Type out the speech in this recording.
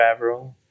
Favreau